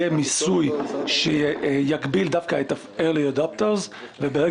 כאשר יהיה מיסוי שיגביל דווקא את ה-early adaptors וכאשר